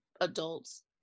adults